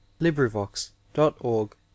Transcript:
LibriVox.org